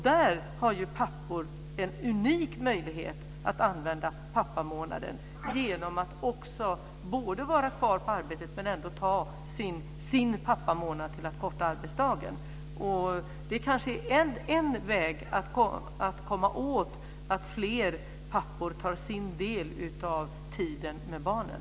Där har ju pappor en unik möjlighet att använda pappamånaden genom att vara kvar på arbetet men ändå ta sin pappamånad till att korta arbetsdagen. Det kanske är en väg att göra så att fler pappor tar sin del av tiden med barnen.